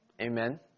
Amen